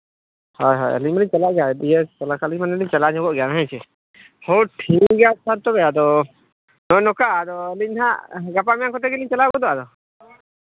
ᱦᱳᱭ ᱦᱳᱭ ᱟᱹᱞᱤᱧ ᱢᱟᱞᱤᱧ ᱪᱟᱞᱟᱜ ᱜᱮᱭᱟ ᱫᱤᱭᱮ ᱪᱟᱞᱟᱣ ᱠᱷᱟᱱ ᱫᱚᱞᱤᱧ ᱦᱟᱸᱜ ᱞᱤᱧ ᱪᱟᱞᱟᱣ ᱧᱚᱜᱚᱜ ᱜᱮᱭᱟ ᱦᱮᱸᱥᱮ ᱦᱮᱸ ᱴᱷᱤᱠ ᱜᱮᱭᱟ ᱥᱟᱨ ᱛᱚᱵᱮ ᱟᱫᱚ ᱱᱚᱜᱼᱚᱭ ᱱᱚᱝᱠᱟ ᱟᱹᱞᱤᱧ ᱦᱟᱸᱜ ᱜᱟᱯᱟ ᱢᱮᱭᱟᱝ ᱠᱚᱛᱮ ᱜᱮᱞᱤᱧ ᱪᱟᱞᱟᱣ ᱜᱚᱫᱚᱜᱼᱟ